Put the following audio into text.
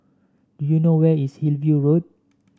do you know where is Hillview Road